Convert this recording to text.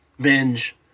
binge